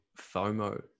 FOMO